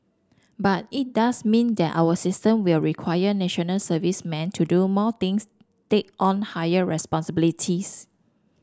but it does mean that our system will require National Serviceman to do more things take on higher responsibilities